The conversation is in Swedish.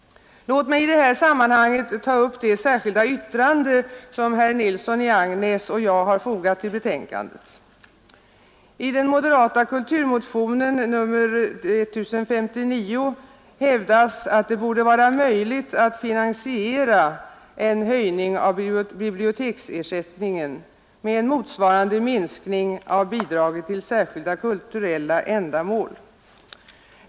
Låt mig i detta sammanhang ta upp det särskilda yttrande som herr Nilsson i Agnäs och jag har fogat till betänkandet. I den moderata kulturmotionen 1059 hävdas att det borde vara möjligt att finansiera en höjning av biblioteksersättningen med en motsvarande minskning av Bidraget till särskilda kulturella ändamål.